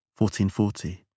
1440